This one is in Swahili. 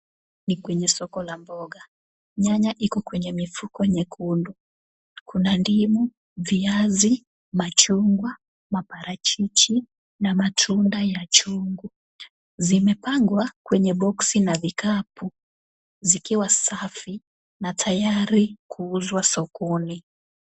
Ni kwenye soko la mboga, nyanya iko kwenye mifuko nyekundu. Kuna ndimu, viazi, machungwa, maparachichi, na matunda ya chungu, zimepangwa kwenye boksi na vikapu, zikiwa safi na tayari kuuzwa sokoni.